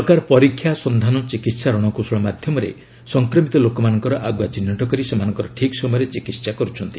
ସରକାର ପରୀକ୍ଷା ସନ୍ଧାନ ଚିକିତ୍ସା ରଣକୌଶଳ ମାଧ୍ୟମରେ ସଂକ୍ରମିତ ଲୋକମାନଙ୍କର ଆଗୁଆ ଚିହ୍ନଟ କରି ସେମାନଙ୍କର ଠିକ୍ ସମୟରେ ଚିକିିି୍ସା କରୁଛନ୍ତି